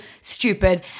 stupid